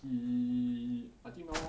he I think now